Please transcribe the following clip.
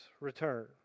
return